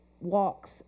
walks